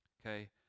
Okay